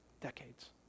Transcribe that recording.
Decades